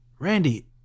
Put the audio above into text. Randy